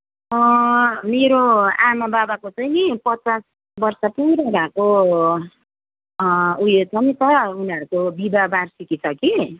मेरो आमाबाबाको चाहिँ नि पचास वर्ष पुरा भएको ऊ यो छ नि त उनीहरूको विवाह वार्षिकी छ कि